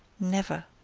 never!